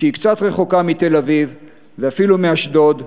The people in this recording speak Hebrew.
שהיא קצת רחוקה מתל-אביב ואפילו מאשדוד,